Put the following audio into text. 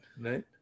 right